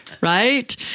right